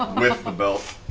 with the belt.